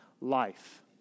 life